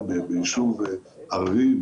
ביישוב ערבי,